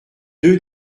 deux